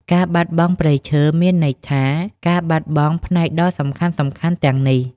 ការបាត់បង់ព្រៃឈើមានន័យថាការបាត់បង់ផ្នែកដ៏សំខាន់ៗទាំងនេះ។